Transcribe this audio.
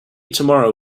tomorrow